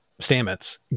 Stamets